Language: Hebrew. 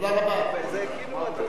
אמרת לי שזכותי,